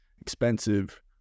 expensive